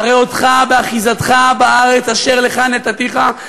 אראה אותך באחיזתך בארץ אשר לך נתתיה,